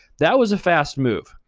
that was a fast move.